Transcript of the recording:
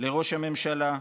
לראש הממשלה,